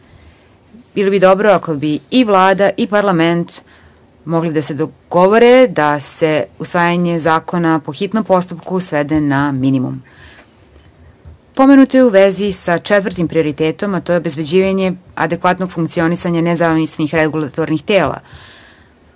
Bilo bi dobro ako bi i Vlada i parlament mogli da se dogovore da se usvajanje zakona po hitnom postupku svede na minimum. Pomenuto je u vezi sa četvrtim prioritetom, a to je obezbeđivanje adekvatnog funkcionisanja nezavisnih regulatornih tela.